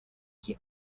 qui